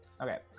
okay